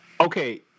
Okay